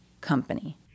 company